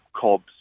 cobs